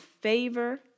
favor